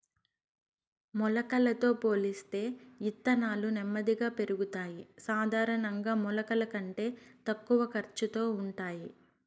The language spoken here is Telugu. మొలకలతో పోలిస్తే ఇత్తనాలు నెమ్మదిగా పెరుగుతాయి, సాధారణంగా మొలకల కంటే తక్కువ ఖర్చుతో ఉంటాయి